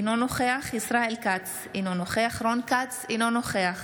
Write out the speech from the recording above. אינו נוכח ישראל כץ, אינו נוכח רון כץ, אינו נוכח